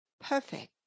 perfect